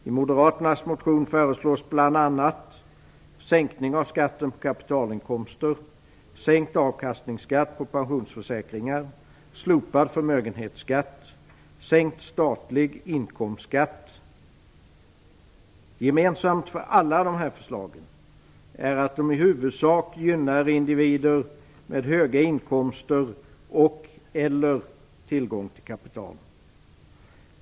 I Moderaternas motion föreslås bl.a. en sänkning av skatten på kapitalinkomster, en sänkt avkastningsskatt på pensionsförsäkringar, slopad förmögenhetsskatt och sänkt statlig inkomstskatt. Gemensamt för alla de här förslagen är att de i huvudsak gynnar individer med höga inkomster och/eller tillgång till kapital.